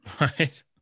Right